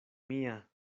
mia